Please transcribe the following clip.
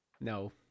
No